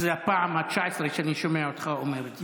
זו הפעם ה-19 שאני שומע אותך אומר את זה.